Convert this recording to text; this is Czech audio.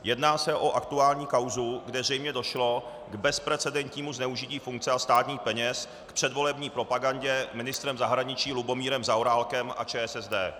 Jedná se o aktuální kauzu, kde zřejmě došlo k bezprecedentnímu zneužití funkce a státních peněz k předvolební propagandě ministrem zahraničí Lubomírem Zaorálkem a ČSSD.